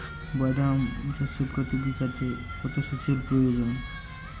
বাদাম চাষে প্রতি বিঘাতে কত সেচের প্রয়োজন?